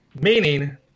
Meaning